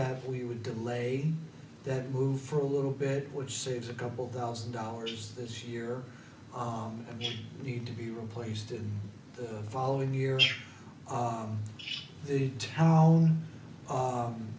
that we would delay that move for a little bit which saves a couple thousand dollars this year and you need to be replaced in the following years the town